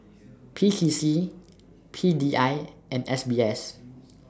P T C P D I and S B S